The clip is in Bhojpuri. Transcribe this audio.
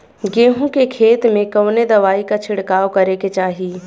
गेहूँ के खेत मे कवने दवाई क छिड़काव करे के चाही?